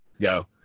go